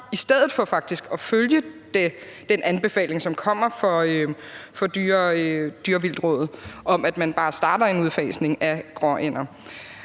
i stedet for faktisk at følge den anbefaling, som kommer fra Vildtforvaltningsrådet, om, at man bare starter en udfasning af gråænder.